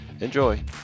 Enjoy